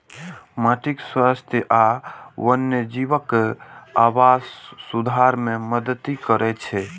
माटिक स्वास्थ्य आ वन्यजीवक आवास सुधार मे मदति करै छै